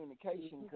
communication